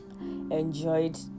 enjoyed